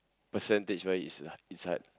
percentage wise it's it's hard